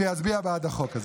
יצביע בעד החוק.